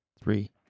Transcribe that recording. three